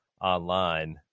online